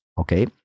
Okay